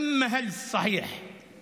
איזה פושטקים באמת,